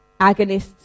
agonists